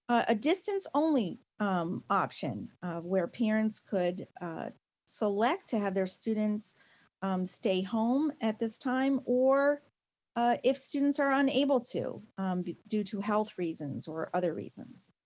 a distance only option where parents could select to have their students stay home at this time, or ah if students are unable to be due to health reasons or other reasons.